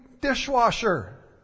dishwasher